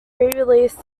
released